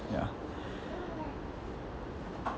ya